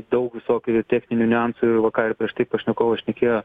daug visokių techninių niuansų ir va ką ir prieš tai pašnekovas šnekėjo